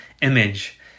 image